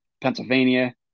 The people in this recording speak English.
Pennsylvania